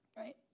Right